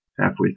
halfway